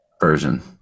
version